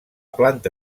planta